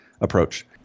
approach